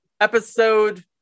Episode